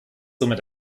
somit